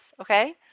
okay